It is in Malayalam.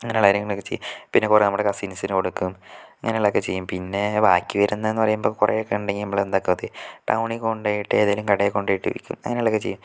അങ്ങനെ കാര്യങ്ങളൊക്കെ ചെയ്യും പിന്നെ കുറെ നമ്മുടെ കസിൻസിന് കൊടുക്കും അങ്ങനെ ഉള്ള ഒക്കെ ചെയ്യും പിന്നേ ബാക്കി വരുന്നതെന്ന് പറയുമ്പം കുറെ ഒക്കെ ഉണ്ടെങ്കിൽ നമ്മള് എന്താക്കും അത് ടൗണിൽ കൊണ്ടുപോയിട്ട് ഏതേലും കടേക്കൊണ്ടോയിട്ട് വിക്കും അങ്ങനെ ഉള്ള ഒക്കെ ചെയ്യും